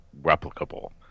replicable